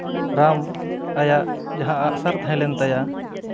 ᱨᱟᱢ ᱟᱭᱟᱜ ᱡᱟᱦᱟᱸ ᱟᱸᱜ ᱥᱟᱨ ᱛᱟᱦᱮᱸ ᱞᱮᱱ ᱛᱟᱭᱟ